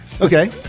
Okay